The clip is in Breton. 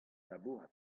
labourat